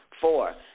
Four